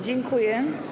Dziękuję.